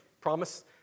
promise